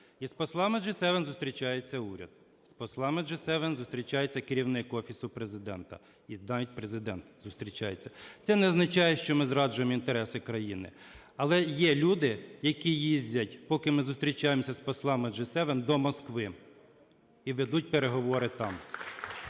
Із послами G7 зустрічається уряд. З послами G7 зустрічається Керівник Офісу Президента, і навіть Президент зустрічається. Це не означає, що ми зраджуємо інтереси країни. Але є люди, які їздять, поки ми зустрічаємося з послами G7, до Москви і ведуть переговори там.